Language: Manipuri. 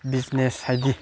ꯕꯤꯖꯤꯅꯦꯁ ꯍꯥꯏꯗꯤ